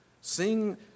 sing